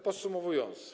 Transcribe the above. Podsumowując.